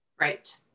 Right